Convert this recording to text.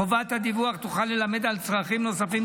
חובת הדיווח תוכל ללמד על צרכים נוספים,